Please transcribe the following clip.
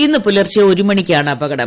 ഇന്നു പുലർച്ചെ ഒരു മണിക്കാണ് അപകടം